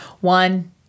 One